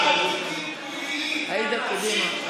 זה מה שסגרנו עם חבר הכנסת אוסאמה סעדי, וקדימה.